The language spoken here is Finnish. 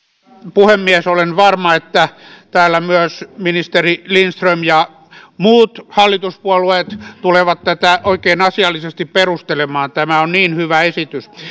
puhemies olen varma että täällä myös ministeri lindström ja muut hallituspuolueet tulevat tätä oikein asiallisesti perustelemaan tämä on niin hyvä esitys